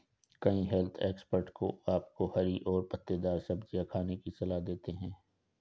कई health expert आपको हरी और पत्तेदार सब्जियां खाने की सलाह देते हैं